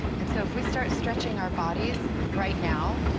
and so if we start stretching our bodies right now,